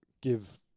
give